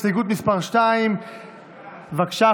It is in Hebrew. הסתייגות מס' 2. בבקשה,